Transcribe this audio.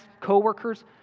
coworkers